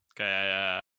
Okay